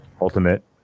ultimate